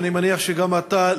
אני מניח שגם אתה,